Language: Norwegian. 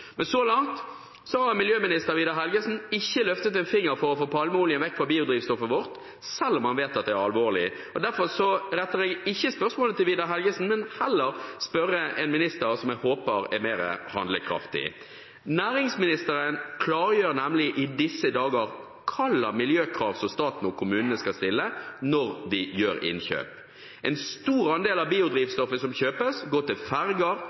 Men så langt har miljøminister Vidar Helgesen ikke løftet en finger for å få palmeolje vekk fra biodrivstoffet vårt, selv om han vet at det er alvorlig. Derfor retter jeg ikke spørsmålet til Vidar Helgesen, men vil heller spørre en minister som jeg håper er mer handlekraftig. Næringsministeren klargjør nemlig i disse dager hvilke miljøkrav staten og kommunene skal stille når de gjør innkjøp. En stor andel av biodrivstoffet som kjøpes, går til